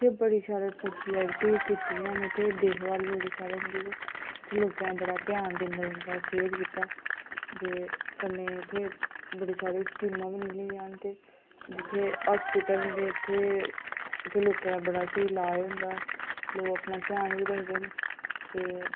इत्थै बड़ी जादा फैसीलटी दित्ती दीयां न ते देखभाल बड़ी शैल होंदी ते इत्थे लोकें दा बड़ा ध्यान दिंदे सेह्त गितै जे कन्नै इत्थै बड़ी सारियां स्कीमां मिली दियां न ते जित्थै अस्पिटल इत्थै लोकें दा बड़ा स्हेई लाज होंदा लोक अपना ध्यान बी रखदे न ते